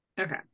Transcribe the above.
Okay